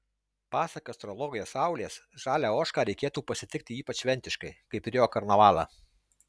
pasak astrologės saulės žalią ožką reikėtų pasitikti ypač šventiškai kaip rio karnavalą